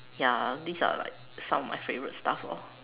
ya these are like some of my favorite stuff lor